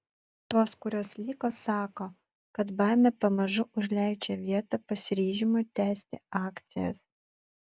tos kurios liko sako kad baimė pamažu užleidžia vietą pasiryžimui tęsti akcijas